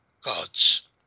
gods